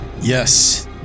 Yes